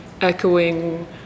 echoing